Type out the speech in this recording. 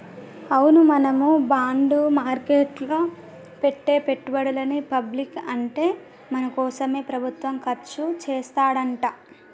అవును మనం బాండ్ మార్కెట్లో పెట్టే పెట్టుబడులని పబ్లిక్ అంటే మన కోసమే ప్రభుత్వం ఖర్చు చేస్తాడంట